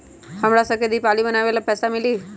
हमरा शव के दिवाली मनावेला पैसा मिली?